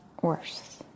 worse